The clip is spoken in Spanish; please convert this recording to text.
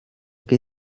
que